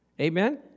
Amen